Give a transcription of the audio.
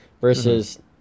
versus